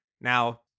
Now